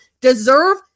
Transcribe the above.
deserve